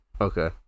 Okay